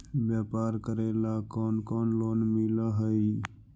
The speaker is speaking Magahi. व्यापार करेला कौन कौन लोन मिल हइ?